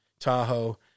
Tahoe